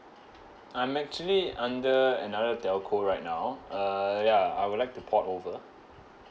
I'm actually under another telco right now uh ya I would like to port over